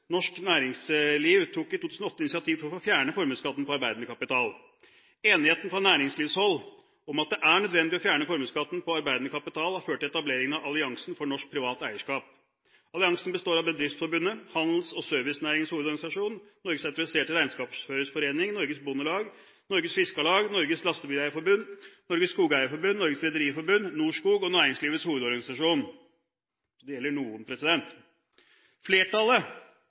norsk næringsliv tok i 2008 initiativet til å få fjernet formuesskatten på arbeidende kapital. Enigheten på næringslivshold om at det er nødvendig å fjerne formuesskatten på arbeidende kapital, har ført til etableringen av Alliansen for norsk privat eierskap. Alliansen består av Bedriftsforbundet, Handels- og Servicenæringens Hovedorganisasjon, Norges Autoriserte Regnskapsføreres Forening, Norges Bondelag, Norges Fiskarlag, Norges Lastebileier-Forbund, Norges Skogeierforbund, Norges Rederiforbund, Norskog og Næringslivets Hovedorganisasjon – så det gjelder noen. Flertallet